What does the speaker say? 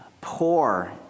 poor